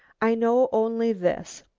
i know only this,